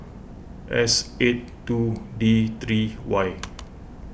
S eight two D three Y